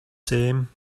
same